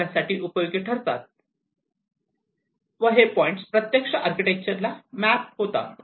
2 इत्यादी तयार करण्यासाठी उपयोगी ठरतात व हे प्रत्यक्ष आर्किटेक्चरला प्रत्यक्ष मॅप होतात